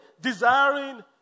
desiring